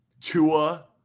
Tua